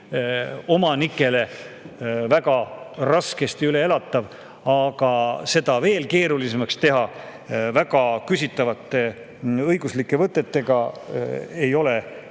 omanikele väga raskesti üleelatav. Seda veel keerulisemaks teha väga küsitavate õiguslike võtetega ei ole